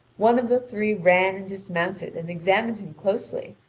one of the three ran and dismounted and examined him closely,